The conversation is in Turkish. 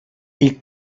i̇lk